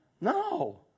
No